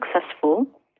successful